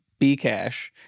Bcash